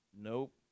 nope